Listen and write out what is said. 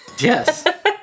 Yes